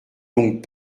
donc